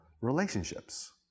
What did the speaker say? Relationships